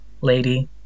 lady